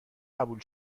قبول